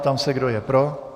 Ptám se, kdo je pro.